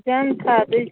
June ꯊꯥꯗꯩ